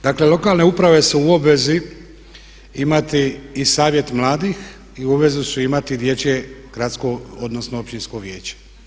Dakle, lokalne uprave su u obvezi imati i Savjet mladih i obvezu su imati dječje gradsko, odnosno općinsko vijeće.